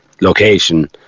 location